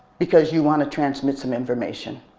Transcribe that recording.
because you want to transmit some information